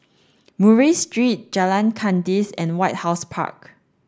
Murray Street Jalan Kandis and White House Park